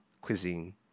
cuisine